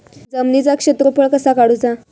जमिनीचो क्षेत्रफळ कसा काढुचा?